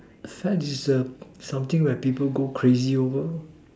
fad is the something where people go crazy over